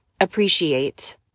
appreciate